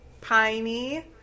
piney